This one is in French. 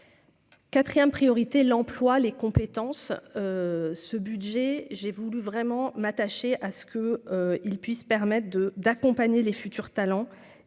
4ème priorité : l'emploi, les compétences, ce budget, j'ai voulu vraiment m'attacher à ce que, ils puissent permettent de d'accompagner les futurs talents